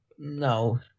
No